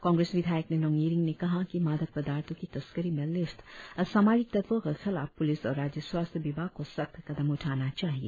कांग्रेस विधायक निनोंग इरिंग ने कहा कि मादक पदार्थो की तस्करी में लिप्त असमाजिक तत्वों के खिलाफ प्लिस और राज्य स्वास्थ्य विभाग को सख्त कदम उठना चाहिए